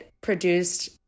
produced